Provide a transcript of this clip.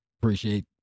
appreciate